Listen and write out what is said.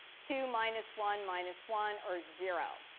two minus one minus one, or zero.